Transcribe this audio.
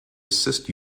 assist